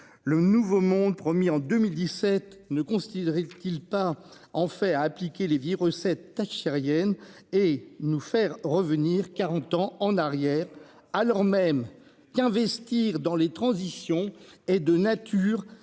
Le nouveau monde promis en 2017. Ne constituerait-t-il part en fait à appliquer les vieilles recettes. Thatchérienne et nous faire revenir 40 ans en arrière, alors même qu'investir dans les transitions est de nature